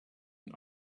and